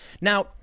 now